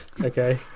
Okay